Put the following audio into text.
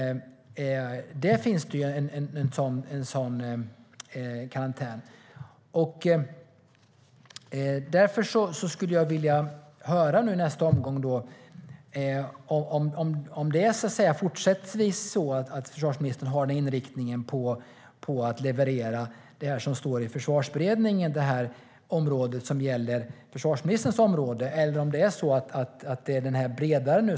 Har försvarsministern fortsättningsvis inriktningen att på sitt område leverera det som står i Försvarsberedningen? Eller är det den bredare inriktningen som gäller? Det är viktigt att få reda på.